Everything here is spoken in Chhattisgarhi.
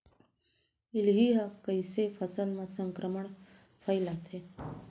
इल्ली ह कइसे फसल म संक्रमण फइलाथे?